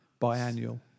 biannual